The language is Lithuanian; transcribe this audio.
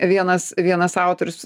vienas vienas autorius